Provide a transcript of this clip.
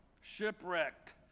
shipwrecked